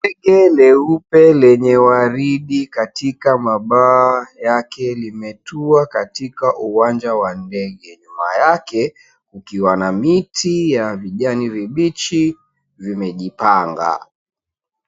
Ndege leupe lenye waridi katika mabawa yake limetua katika uwanja wa ndege. Nyuma yake ukiwa na miti ya vijani vibichi vimejipanga.